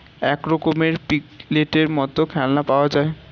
এক রকমের পিগলেটের মত খেলনা পাওয়া যায়